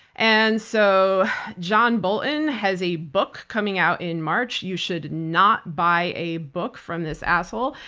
and so john bolton has a book coming out in march. you should not buy a book from this asshole.